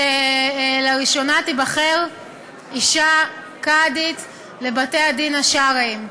שלראשונה תיבחר אישה, קאדית, לבתי-הדין השרעיים.